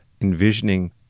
envisioning